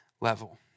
level